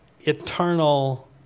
eternal